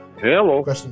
Hello